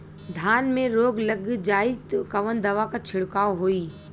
धान में रोग लग जाईत कवन दवा क छिड़काव होई?